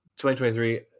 2023